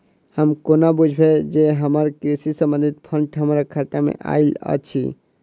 हम कोना बुझबै जे हमरा कृषि संबंधित फंड हम्मर खाता मे आइल अछि?